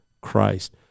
Christ